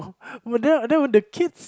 would the that would the kids